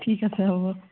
ঠিক আছে হ'ব